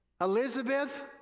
Elizabeth